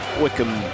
Wickham